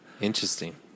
Interesting